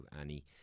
Annie